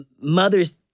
mother's